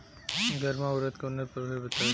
गर्मा उरद के उन्नत प्रभेद बताई?